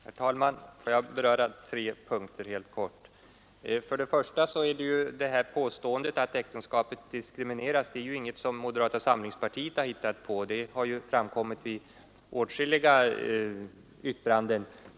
Herr talman! Jag vill beröra tre punkter helt kort. För det första: Det här påståendet att äktenskapet diskrimineras är inget som moderata samlingspartiet har hittat på, utan det har framkommit i åtskilliga yttranden.